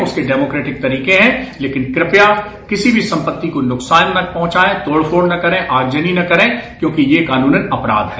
उसके डेमोकेटिक तरीके हैं लेकिन कृपया किसी भी सम्पत्ति को नुकसान न पहुंचाएं तोड़ फोड़ न करें आगजनी न करें क्योंकि यह कानूनन अपराध है